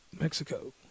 Mexico